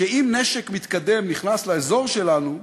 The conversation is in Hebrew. שאם נשק מתקדם נכנס לאזור שלנו,